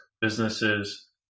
businesses